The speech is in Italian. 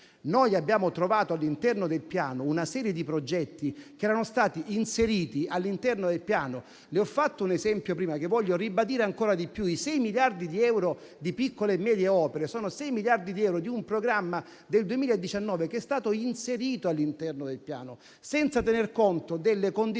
Abbiamo trovato all'interno del Piano una serie di progetti che vi erano stati inseriti. Prima ho fatto un esempio che voglio ribadire ancora di più: i sei miliardi di euro per piccole e medie opere sono di un programma del 2019 che è stato inserito all'interno del Piano, senza tener conto delle condizioni